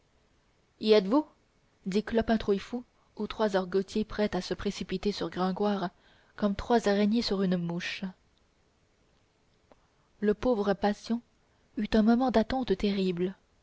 y êtes-vous dit clopin trouillefou aux trois argotiers prêts à se précipiter sur gringoire comme trois araignées sur une mouche le pauvre patient eut un moment d'attente horrible